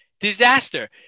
disaster